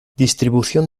distribución